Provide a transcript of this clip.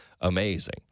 amazing